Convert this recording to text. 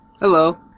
Hello